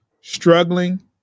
struggling